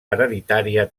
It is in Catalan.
hereditària